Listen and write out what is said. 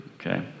okay